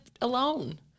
alone